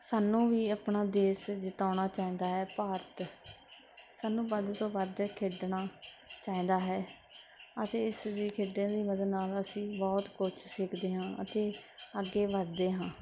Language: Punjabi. ਸਾਨੂੰ ਵੀ ਆਪਣਾ ਦੇਸ਼ ਜਿਤਾਉਣਾ ਚਾਹੀਦਾ ਹੈ ਭਾਰਤ ਸਾਨੂੰ ਵੱਧ ਤੋਂ ਵੱਧ ਖੇਡਣਾ ਚਾਹੀਦਾ ਹੈ ਅਤੇ ਇਸ ਲਈ ਖੇਡਾਂ ਦੀ ਮਦਦ ਨਾਲ ਅਸੀਂ ਬਹੁਤ ਕੁਝ ਸਿੱਖਦੇ ਹਾਂ ਅਤੇ ਅੱਗੇ ਵੱਧਦੇ ਹਾਂ